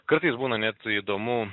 kartais būna net įdomu